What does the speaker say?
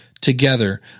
together